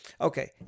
Okay